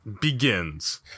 begins